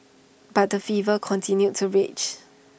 but the fever continued to rage